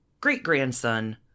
great-grandson